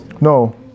No